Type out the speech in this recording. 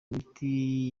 miti